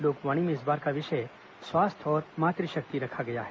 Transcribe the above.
लोकवाणी में इस बार का विषय स्वास्थ्य और मातृशक्ति रखा गया है